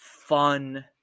Fun